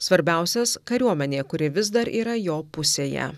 svarbiausias kariuomenė kuri vis dar yra jo pusėje